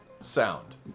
Sound